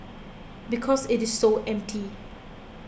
because it is so empty